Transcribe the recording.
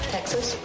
Texas